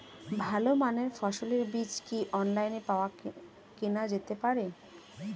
ভালো মানের ফসলের বীজ কি অনলাইনে পাওয়া কেনা যেতে পারে?